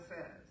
says